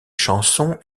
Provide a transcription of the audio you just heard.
chansons